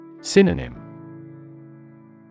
Synonym